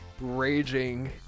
raging